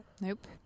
Nope